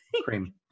cream